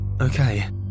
Okay